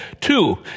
two